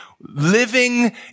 living